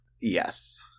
Yes